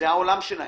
העולם שלהן.